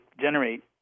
generate